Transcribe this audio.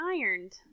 ironed